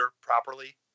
properly